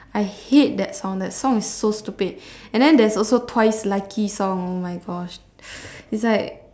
I hate that song that song is so stupid and then there's also twice lucky song oh my gosh is like